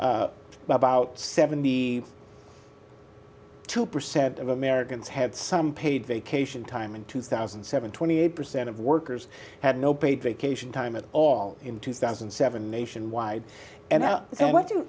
about seven b two percent of americans had some paid vacation time in two thousand and seven twenty eight percent of workers had no paid vacation time at all in two thousand and seven nationwide and what do